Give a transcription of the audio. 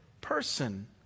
person